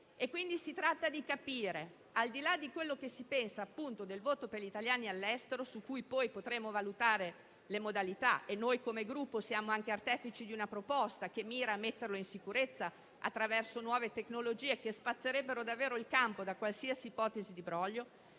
stati commessi, al di là di quello che si pensa del voto degli italiani all'estero, del quale poi potremo valutare le modalità. Come Gruppo siamo anche artefici di una proposta che mira a metterlo in sicurezza, attraverso nuove tecnologie che spazzerebbero davvero il campo da qualsiasi ipotesi di broglio.